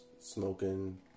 smoking